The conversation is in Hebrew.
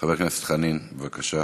חבר הכנסת חנין, בבקשה.